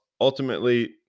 ultimately